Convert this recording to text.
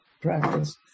practice